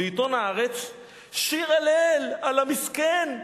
ובעיתון "הארץ" שיר הלל על המסכן,